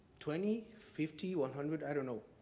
twenty? fifty? one hundred? i don't know.